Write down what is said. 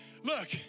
Look